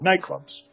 nightclubs